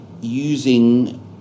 using